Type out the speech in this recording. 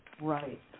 Right